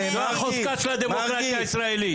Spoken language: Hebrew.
זאת החוזקה של הדמוקרטיה הישראלית.